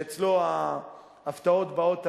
שאצלו ההפתעות באות תמיד,